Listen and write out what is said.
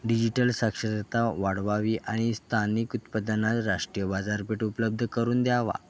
digital साक्षरता वाढवावी आणि स्थानिक उत्पादनाला राष्ट्रीय बाजारपेठ उपलब्ध करून द्यावी